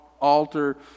altar